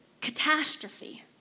catastrophe